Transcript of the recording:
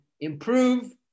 improve